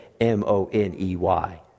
M-O-N-E-Y